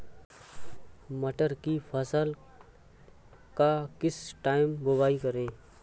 मटर की फसल का किस टाइम बुवाई करें?